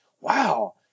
Wow